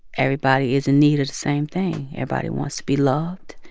everybody is in need of the same thing. everybody wants to be loved.